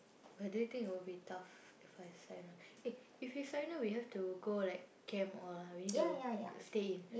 but do you think it will be tough if I sign on eh if you sign on we have to go like camp all ah we need to stay in